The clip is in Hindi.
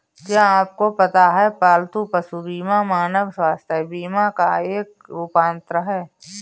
क्या आपको पता है पालतू पशु बीमा मानव स्वास्थ्य बीमा का एक रूपांतर है?